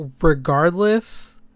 regardless